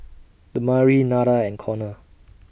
Damari Nada and Konner